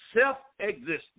self-existent